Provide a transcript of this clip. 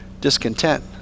discontent